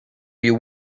you